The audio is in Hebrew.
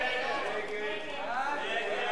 מי בעד,